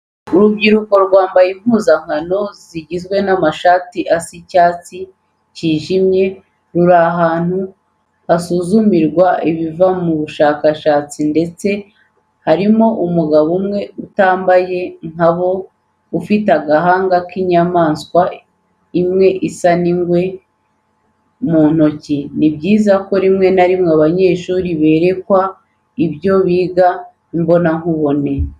Urubyiruko rwambaye impuzankano igizwe n'amashati asa n'icyatdi kijimye ruri ahantu hasuzumirwa ibiva mu bushakashatsi ndetse harimo umugabo umwe utambaye nka bo ufite agahanga k'inyamaswa imwe isa n'injangwe mu ntoki. Ni byiza ko rimwe na rimwe abanyeshuri berekwa ibyo biga imbonankubone.